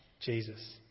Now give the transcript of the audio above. Jesus